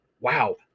wow